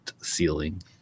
ceiling